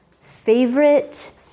Favorite